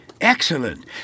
Excellent